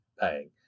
paying